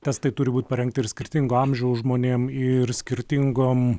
testai turi būt parengti ir skirtingo amžiaus žmonėm ir skirtingom